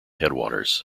headwaters